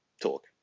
talk